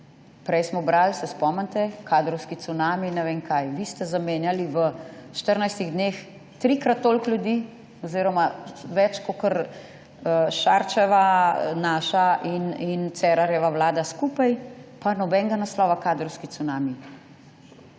Prej smo brali, se spomnite, kadrovski cunami in ne vem, kaj. Vi ste zamenjali v 14 dneh trikrat toliko ljudi oziroma več kakor Šarčeva, naša in Cerarjeva vlada skupaj, pa nobenega naslova kadrovski cunami.